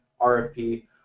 RFP